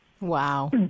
Wow